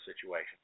situation